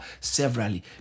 severally